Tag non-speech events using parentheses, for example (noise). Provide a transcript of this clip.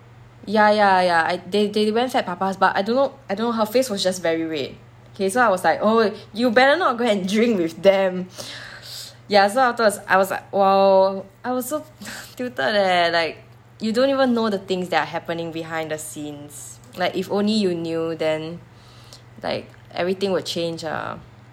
ya ya ya I they they went fat papas but I don't know I don't know her face was just very red okay so I was like oh you better not go and drink with them (laughs) ya so afterwards I was like !wow! I was so (laughs) tilted leh like you don't even know the things that are happening behind the scenes like if only you knew then like everything will change lah